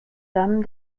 dame